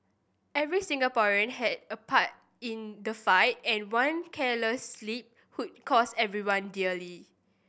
every Singaporean had a part in the fight and one careless slip could cost everyone dearly